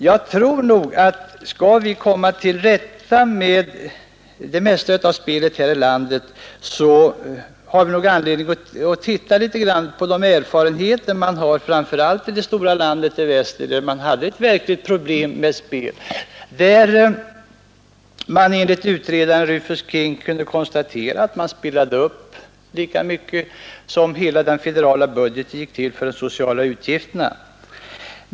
Skall vi komma till rätta med det mesta av spelet här i landet har vi nog anledning att titta litet grand på de erfarenheter man har framför allt i det stora landet i väster, där man har ett verkligt problem med spel. Enligt utredaren Rufus King kunde konstateras att man spelade för lika mycket som de sociala utgifterna gick till i den federala budgeten.